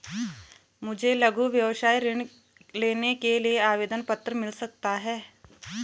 मुझे लघु व्यवसाय ऋण लेने के लिए आवेदन पत्र मिल सकता है?